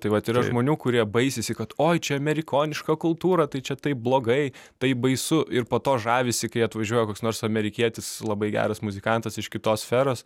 tai vat yra žmonių kurie baisisi kad oi čia amerikoniška kultūra tai čia taip blogai taip baisu ir po to žavisi kai atvažiuoja koks nors amerikietis labai geras muzikantas iš kitos sferos